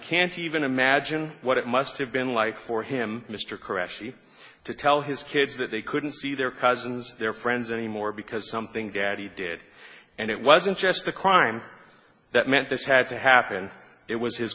can't even imagine what it must have been like for him mr correction to tell his kids that they couldn't see their cousins their friends anymore because something daddy did and it wasn't just a crime that meant this had to happen it was his